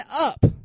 up